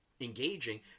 engaging